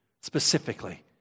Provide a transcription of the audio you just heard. specifically